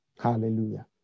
Hallelujah